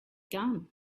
gun